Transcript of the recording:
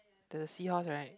the seahorse right